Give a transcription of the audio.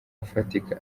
ufatika